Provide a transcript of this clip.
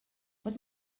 what